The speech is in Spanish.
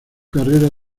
carrera